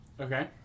Okay